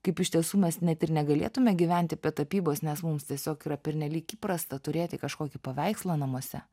kaip iš tiesų mes net ir negalėtume gyventi be tapybos nes mums tiesiog yra pernelyg įprasta turėti kažkokį paveikslą namuose